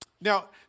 Now